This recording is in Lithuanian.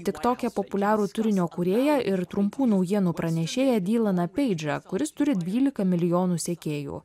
tiktoke populiarų turinio kūrėją ir trumpų naujienų pranešėją dylaną peidžą kuris turi dvylika milijonų sekėjų